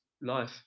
life